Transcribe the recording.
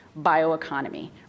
bioeconomy